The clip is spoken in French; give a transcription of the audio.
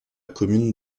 commune